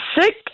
sick